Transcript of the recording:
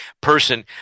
person